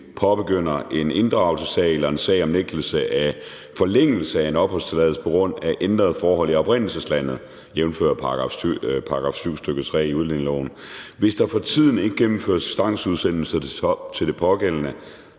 påbegynder en inddragelsessag eller en sag om nægtelse af forlængelse af en opholdstilladelse på grund af ændrede forhold i oprindelseslandet, jævnfør § 7, stk. 3, i udlændingeloven, hvis der for tiden ikke gennemføres tvangsudsendelser til det pågældende